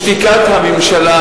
בשתיקת הממשלה,